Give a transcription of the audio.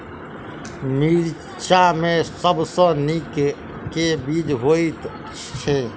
मिर्चा मे सबसँ नीक केँ बीज होइत छै?